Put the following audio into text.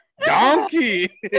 donkey